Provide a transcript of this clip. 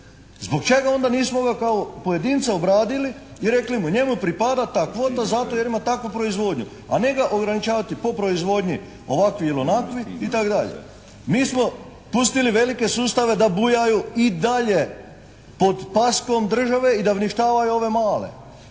Zbog čega onda nismo ga kao pojedinca obradili i rekli mu njemu pripada ta kvota zato jer ima takvu proizvodnju, a ne ga ograničavati po proizvodnji ovakvi il' onakvi itd. Mi smo pustili velike sustave da bujaju i dalje pod paskom države i da uništavaju ove male.